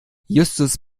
justus